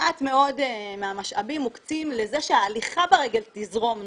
מעט מאוד מהמשאבים מוקצים לזה שההליכה ברגל תזרום נכון.